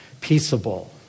peaceable